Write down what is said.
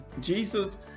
Jesus